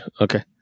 Okay